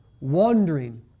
wandering